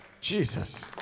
Jesus